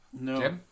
No